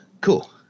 Cool